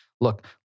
look